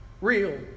real